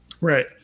right